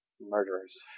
Murderers